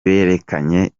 berekanye